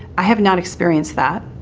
i have not experienced that.